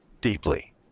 deeply